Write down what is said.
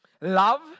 Love